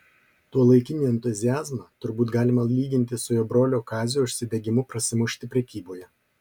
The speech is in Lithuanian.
tuolaikinį entuziazmą turbūt galima lyginti su jo brolio kazio užsidegimu prasimušti prekyboje